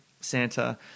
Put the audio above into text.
Santa